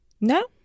No